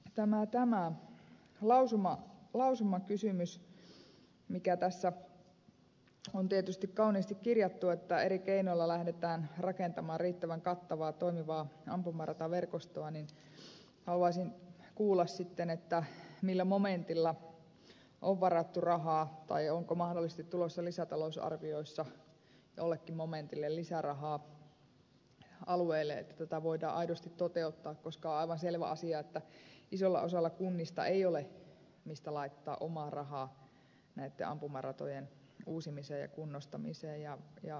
sitten kun on tämä lausumakysymys joka tässä on tietysti kauniisti kirjattu että eri keinoilla lähdetään rakentamaan riittävän kattavaa toimivaa ampumarataverkostoa niin haluaisin kuulla sitten millä momentilla on varattuna rahaa tai onko mahdollisesti tulossa lisätalousarvioissa jollekin momentille lisärahaa alueille että tätä voidaan aidosti toteuttaa koska on aivan selvä asia että isolla osalla kunnista ei ole mistä laittaa omaa rahaa näitten ampumaratojen uusimiseen ja kunnostamiseen